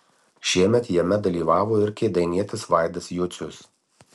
šiemet jame dalyvavo ir kėdainietis vaidas jucius